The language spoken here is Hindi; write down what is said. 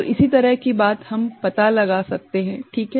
तो इसी तरह की बात हम पता लगा सकते हैं ठीक है